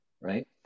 Right